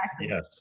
Yes